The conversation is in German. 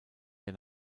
der